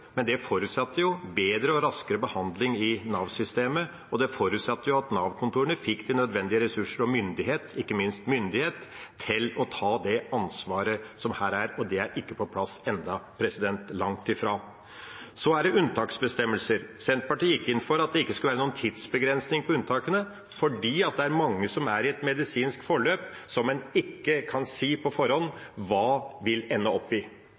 men det forutsatte bedre og raskere behandling i Nav-systemet, og det forutsatte at Nav-kontorene fikk de nødvendige ressurser og myndighet – ikke minst myndighet – til å ta det ansvaret det er. Det er ikke på plass ennå – langt ifra. Så er det unntaksbestemmelser: Senterpartiet gikk inn for at det ikke skulle være noen tidsbegrensning på unntakene, for det er mange som er i et medisinsk forløp som en på forhånd ikke kan si hva vil ende opp i.